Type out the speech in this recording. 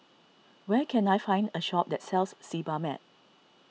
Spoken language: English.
where can I find a shop that sells Sebamed